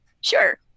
sure